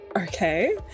Okay